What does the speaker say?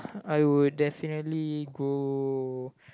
I would definitely go